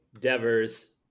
Devers